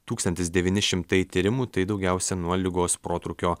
tūkstantis devyni šimtai tyrimų tai daugiausia nuo ligos protrūkio